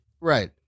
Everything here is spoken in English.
Right